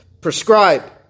prescribe